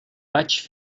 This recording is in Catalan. vaig